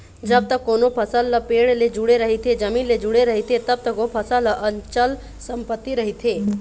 जब तक कोनो फसल ह पेड़ ले जुड़े रहिथे, जमीन ले जुड़े रहिथे तब तक ओ फसल ह अंचल संपत्ति रहिथे